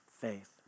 faith